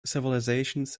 civilizations